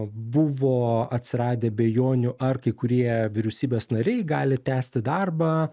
buvo atsiradę abejonių ar kai kurie vyriausybės nariai gali tęsti darbą